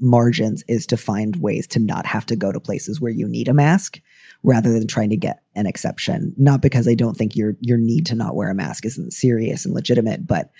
margins is to find ways to not have to go to places where you need a mask rather than trying to get an exception, not because they don't think you're your need to not wear a mask is serious and legitimate, but